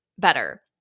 better